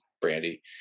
Brandy